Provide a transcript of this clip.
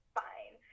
fine